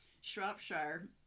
Shropshire